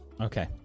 Okay